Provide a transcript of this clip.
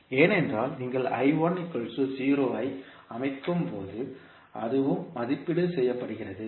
ஏனென்றால் நீங்கள் ஐ அமைக்கும் போது அதுவும் மதிப்பீடு செய்யப்படுகிறது